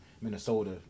Minnesota